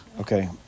Okay